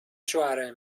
شوهرای